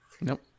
Nope